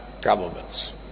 governments